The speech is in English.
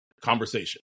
conversation